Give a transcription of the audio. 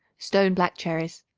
stone black cherries.